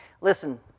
Listen